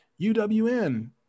UWN